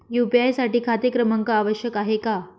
UPI साठी खाते क्रमांक आवश्यक आहे का?